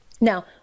Now